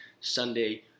Sunday